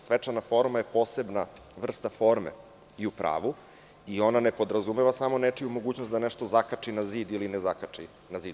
Svečana forma je posebna vrsta forme i u pravu i ona ne podrazumeva samo nečiju mogućnost da nešto zakači na zid ili ne zakači na zid.